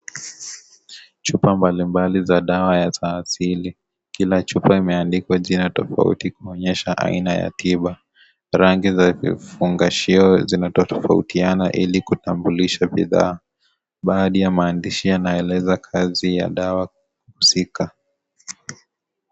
Chupa mbalimbali za dawa za asili kila chupa imeandikwa jina tofauti kuonyesha aina ya tiba rangi za vifungashio zinatofautiana ili kutambulisha bidhaa, baadhi ya maandishi yanaeleza kazi ya dawa husika.